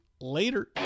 Later